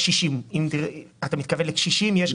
דירה לקשישים הנזקקים העומדים בתור לדיור ציבורי,